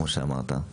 כמו שאמרת,